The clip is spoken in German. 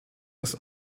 das